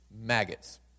maggots